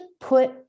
put